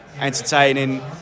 Entertaining